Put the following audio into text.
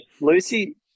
Lucy